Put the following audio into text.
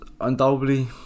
undoubtedly